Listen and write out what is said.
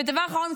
ודבר אחרון,